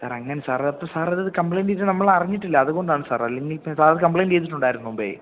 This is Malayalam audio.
സാര് അങ്ങനെ സാര് അപ്പോള് സാര് അത് കംപ്ലൈൻറ്റ് ചെയ്തത് നമ്മളറിഞ്ഞിട്ടില്ല അതുകൊണ്ടാണ് സാർ അല്ലെങ്കില് ഇപ്പോള് സാർ കംപ്ലൈൻറ്റ് ചെയ്തിട്ടുണ്ടായിരുന്നുവോ മുമ്പേ